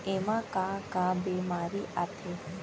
एमा का का बेमारी आथे?